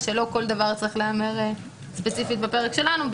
שלא כל דבר צריך להיאמר ספציפית בפרק שלנו,